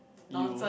you